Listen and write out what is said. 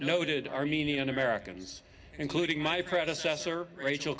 noted armenian americans including my predecessor rachael